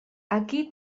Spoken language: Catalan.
aquí